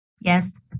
Yes